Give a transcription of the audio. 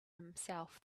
himself